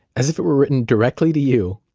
as if it were written directly to you,